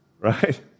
Right